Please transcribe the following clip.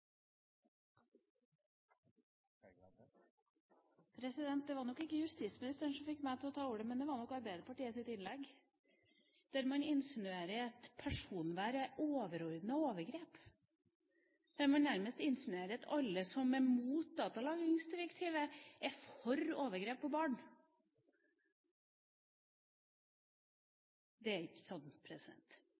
lenger. Det var nok ikke justisministeren som fikk meg til å ta ordet, men Arbeiderpartiets innlegg, der man insinuerer at personvern er overordnet overgrep, og der man nærmest insinuerer at alle som er mot datalagringsdirektivet, er for overgrep mot barn. Det er ikke